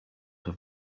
have